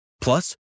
Plus